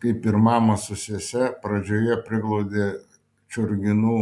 kaip ir mamą su sese pradžioje priglaudė churginų